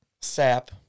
sap